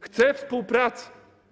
Chcę współpracy.